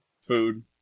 food